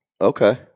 Okay